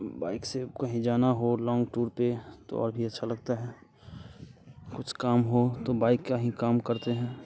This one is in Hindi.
बाइक से कहीं जाना हो लौंग टूर पे तो और भी अच्छा लगता है कुछ काम हो तो बाइक का हीं काम करते हैं